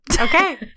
Okay